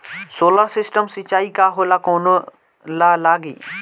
Solar system सिचाई का होला कवने ला लागी?